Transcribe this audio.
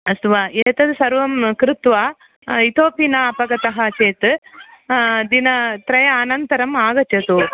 अस्तु वा एतत् सर्वं कृत्वा इतोऽपि न अपगतः चेत् दिनत्रयानन्तरम् आगच्चतु